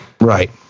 Right